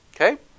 Okay